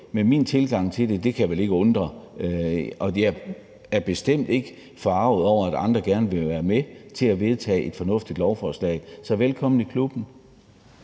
med min tilgang til det, kan vel ikke undre, og jeg er bestemt ikke forarget over, at andre gerne vil være med til at vedtage et fornuftigt lovforslag. Så velkommen i klubben.